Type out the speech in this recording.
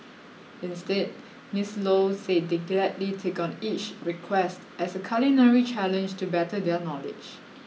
instead Miss Low said they gladly take on each request as a culinary challenge to better their knowledge